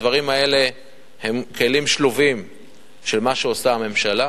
הדברים האלה הם כלים שלובים של מה שעושה הממשלה,